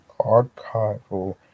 archival